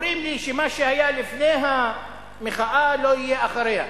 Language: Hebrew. אומרים לי שמה שהיה לפני המחאה לא יהיה אחריה.